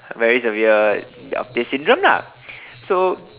very severe of this syndrome lah so